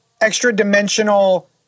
extra-dimensional